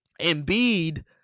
Embiid